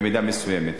במידה מסוימת.